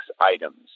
items